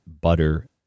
butter